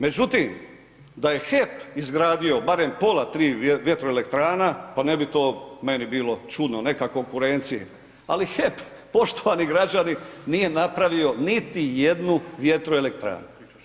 Međutim, da je HEP izgradio barem pola tri vjetroelektrana, pa ne bi to meni bilo čudno, neka konkurenciji, ali HEP, poštovani građani nije napravio niti jednu vjetroelektrana.